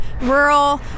rural